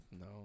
no